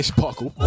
Sparkle